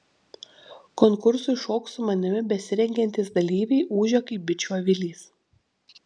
konkursui šok su manimi besirengiantys dalyviai ūžia kaip bičių avilys